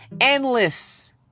endless